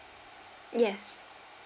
yes